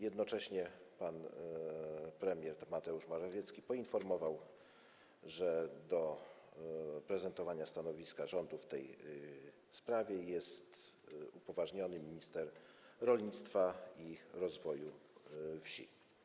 Jednocześnie pan premier Mateusz Morawiecki poinformował, że do prezentowania stanowiska rządu w tej sprawie jest upoważniony minister rolnictwa i rozwoju wsi.